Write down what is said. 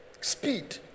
speed